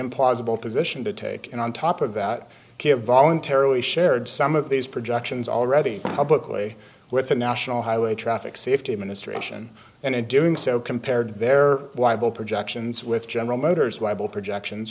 impossible position to take and on top of that voluntarily shared some of these projections already publicly with the national highway traffic safety administration and in doing so compared their libel projections with general motors wible projections